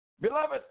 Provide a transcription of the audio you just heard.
Beloved